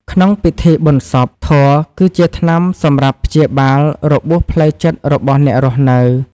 ក្នុងពិធីបុណ្យសព ធម៌គឺជាថ្នាំសម្រាប់ព្យាបាលរបួសផ្លូវចិត្តរបស់អ្នករស់នៅ។